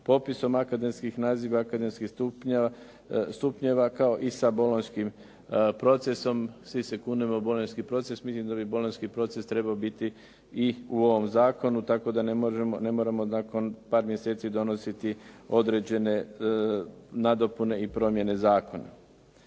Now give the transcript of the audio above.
popisom akademskih naziva akademskih stupnjeva kao i sa bolonjskim procesom. Svi se kunemo u bolonjski proces, mislim da bi bolonjski proces trebao biti i u ovom zakonu tako da ne moramo nakon par mjeseci donositi određene nadopune i promjene zakona.